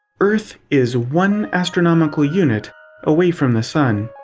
earth is one astronomical unit away from the sun.